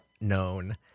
known